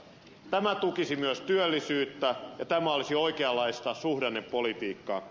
tämä tukisi myös työllisyyttä ja tämä olisi oikeanlaista suhdannepolitiikkaa